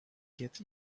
get